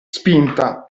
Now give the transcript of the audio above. spinta